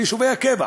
ביישובי הקבע,